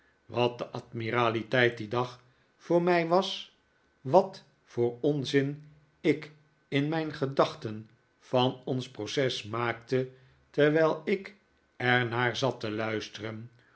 wat de admiraliteit dien dag voor mij was wat voor onzin ik in mijn gedachten van ons proces maakte terwijl ik er naar zat te luisteren